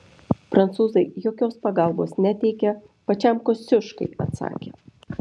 prancūzai jokios pagalbos neteikia pačiam kosciuškai atsakė